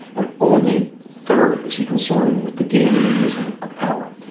and only third is he concerned with the gaining and using of power.